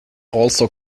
also